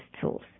tools